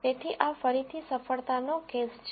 તેથી આ ફરીથી સફળતાનો કેસ છે